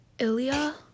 Ilya